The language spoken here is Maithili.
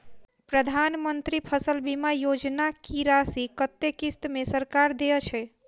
प्रधानमंत्री फसल बीमा योजना की राशि कत्ते किस्त मे सरकार देय छै?